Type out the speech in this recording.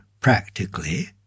practically